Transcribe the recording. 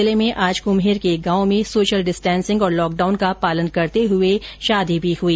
जिले में आज कुम्हेर के एक गांव में सोशल डिस्टेसिंग और लॉकडाउन का पालन करते हुए शादी भी हुई